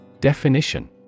Definition